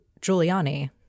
Giuliani